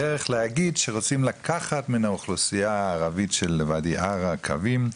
דרך להגיד שרוצים לקחת מן האוכלוסייה הערבית של ואדי ערה קווים.